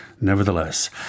nevertheless